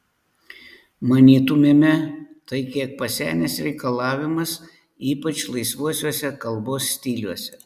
manytumėme tai kiek pasenęs reikalavimas ypač laisvuosiuose kalbos stiliuose